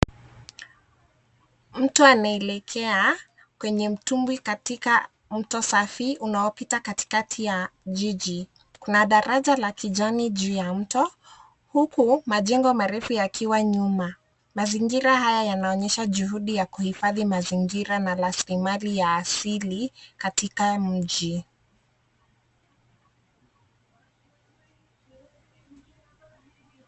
Mtu anaelekea kwenye mtumbwi katika mto safi unaopita katikati ya jiji. Kuna daraja la kijani juu ya mto, huku majengo marefu yakiwa nyuma. Mazingira haya yanaonyesha juhudi ya kuhifadhi mazingira na rasilimali ya asili katika mji.